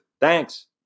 Thanks